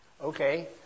Okay